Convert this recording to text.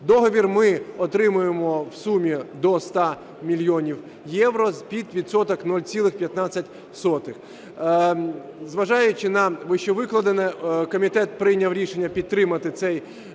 Договір ми отримуємо до 100 мільйонів євро під відсоток 0,15. Зважаючи на вищевикладене, комітет прийняв рішення рекомендувати